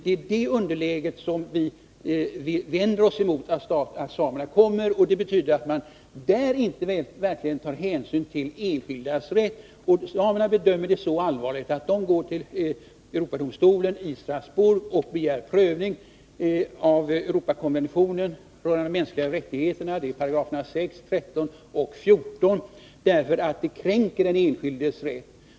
Det är detta underläge som vi vänder oss mot. Det betyder att man där inte tar hänsyn till enskildas rätt. Samerna bedömer det som så allvarligt att de går till Europadomstolen i Strasbourg och begär prövning enligt Europakonventionen rörande de mänskliga rättigheterna §§ 6, 13 och 14, därför att de anser att detta kränker den enskildes rätt.